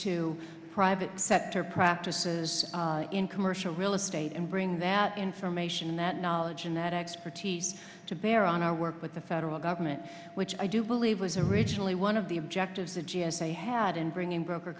to private sector practices in commercial real estate and bring that information that knowledge and that expertise to bear on our work with the federal government which i do believe was originally one of the objectives the g s a had in bringing broker